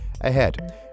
Ahead